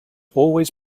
always